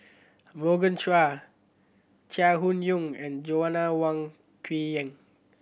Morgan Chua Chai Hon Yoong and Joanna Wong Quee Heng